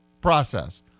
process